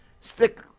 stick